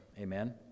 Amen